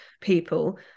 people